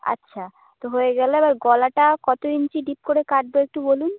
আচ্ছা তো হয়ে গেল এবার গলাটা কত ইঞ্চি ডিপ করে কাটব একটু বলুন